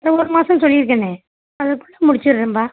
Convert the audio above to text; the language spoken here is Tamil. நவம்பர் மாதம்னு சொல்லியிருக்கேனே அதுக்குள்ளே முடிச்சுடுறேன்பா